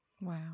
Wow